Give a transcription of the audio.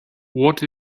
what